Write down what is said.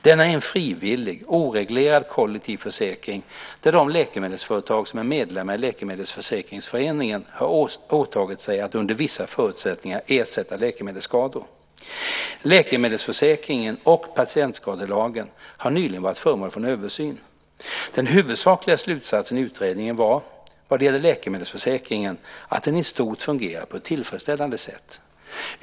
Denna är en frivillig, oreglerad kollektiv försäkring där de läkemedelsföretag som är medlemmar i Läkemedelsförsäkringsföreningen har åtagit sig att under vissa förutsättningar ersätta läkemedelsskador. Läkemedelsförsäkringen och patientskadelagen har nyligen varit föremål för en översyn. Den huvudsakliga slutsatsen i utredningen var, vad det gäller läkemedelsförsäkringen, att den i stort fungerar på ett tillfredsställande sätt.